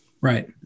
right